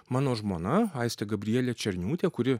mano žmona aistė gabrielė černiūtė kuri